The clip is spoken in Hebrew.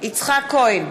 יצחק כהן,